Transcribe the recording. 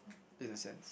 in a sense